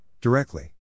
Directly